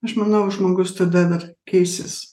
aš manau žmogus tada dar keisis